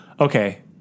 okay